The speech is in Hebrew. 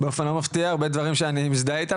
באופן לא מפתיע, הרבה דברים שאני מזדהה איתם.